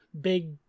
big